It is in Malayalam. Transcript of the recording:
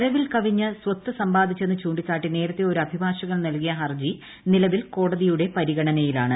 വരവിൽ കവിഞ്ഞ് സ്വത്ത് സമ്പാദ്ദിച്ചെന്ന് ചൂണ്ടിക്കാട്ടി നേരത്തെ ഒരു അഭിഭാഷകൻ നൽകീയ ഹർജി നിലവിൽ കോടതിയുടെ പരിഗണനയിലാണ്